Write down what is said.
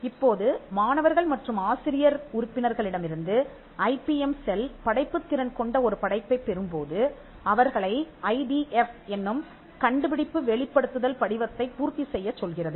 இப்போது மாணவர்கள் மற்றும் ஆசிரியர் உறுப்பினர்களிடமிருந்து ஐபிஎம் செல் படைப்புத் திறன் கொண்ட ஒரு படைப்பைப் பெறும் போது அவர்களை ஐ டி எஃப் என்னும் கண்டுபிடிப்பு வெளிப்படுத்துதல் படிவத்தைப் பூர்த்தி செய்யச் சொல்கிறது